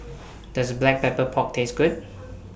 Does Black Pepper Pork Taste Good